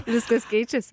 viskas keičiasi